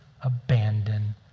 abandon